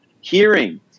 hearing